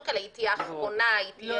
כאלה מחליטות שהיא תהיה אחרונה וכדומה.